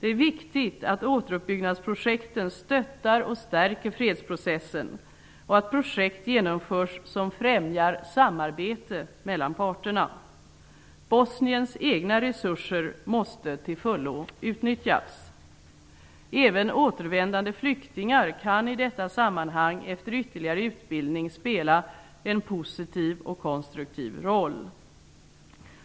Det är viktigt att återuppbyggnadsprojekten stöttar och stärker fredsprocessen och att projekt genomförs som främjar samarbete mellan parterna. Bosniens egna resurser måste till fullo utnyttjas. Även återvändande flyktingar kan i detta sammanhang efter ytterligare utbildning spela en positiv och konstruktiv roll.